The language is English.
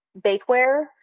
bakeware